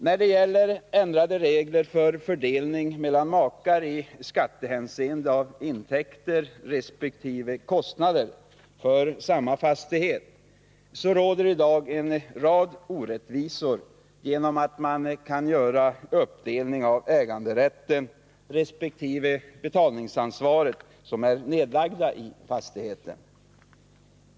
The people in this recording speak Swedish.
När det gäller ändrade regler för fördelning mellan makar i skattehänseende av intäkter resp. kostnader för samma fastighet vill jag säga att det i dag förekommer en rad orättvisor genom att man kan göra en uppdelning av äganderätten resp. betalningsansvaret för fastigheten.